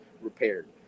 repaired